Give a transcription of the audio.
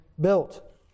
built